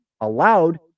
allowed